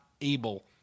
able